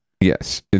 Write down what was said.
yes